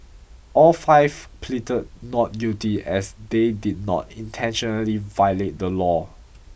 all five pleaded not guilty as they did not intentionally violate the law